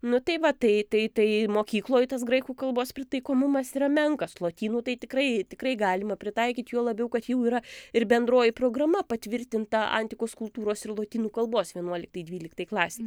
nu tai va tai tai tai mokykloj tas graikų kalbos pritaikomumas yra menkas lotynų tai tikrai tikrai galima pritaikyt juo labiau kad jau yra ir bendroji programa patvirtinta antikos kultūros ir lotynų kalbos vienuoliktai dvyliktai klasei